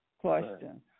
Question